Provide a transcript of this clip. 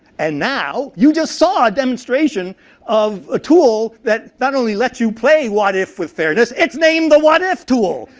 and now i just saw a demonstration of a tool that not only lets you play what if with fairness. it's named the what if tool.